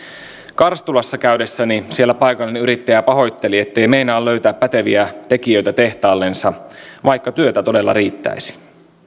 karstulassa käydessäni siellä paikallinen yrittäjä pahoitteli ettei meinaa löytää päteviä tekijöitä tehtaallensa vaikka työtä todella riittäisi